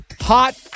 hot